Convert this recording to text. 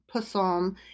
psalm